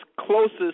closest